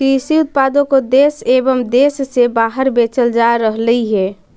कृषि उत्पादों को देश एवं देश से बाहर बेचल जा रहलइ हे